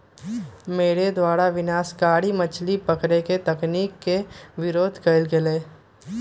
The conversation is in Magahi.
मेरे द्वारा विनाशकारी मछली पकड़े के तकनीक के विरोध कइल गेलय